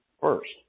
first